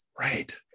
Right